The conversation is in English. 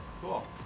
Cool